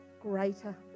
greater